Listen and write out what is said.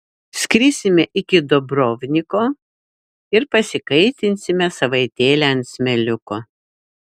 skrisime iki dubrovniko ir pasikaitinsime savaitėlę ant smėliuko